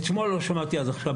את שמו לא שמעתי עד עכשיו,